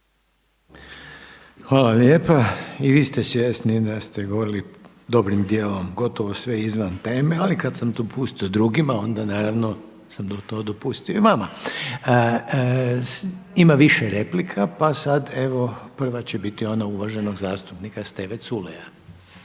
Hvala lijepa. I vi ste svjesni da ste govorili dobrim dijelom gotovo sve izvan teme, ali kada sam dopustio drugima onda naravno sam to dopustio i vama. Ima više replike pa sada evo prva će biti ona uvaženog zastupnika Steve Culeja.